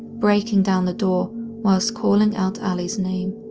breaking down the door whilst calling out allie's name.